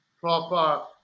Proper